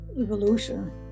evolution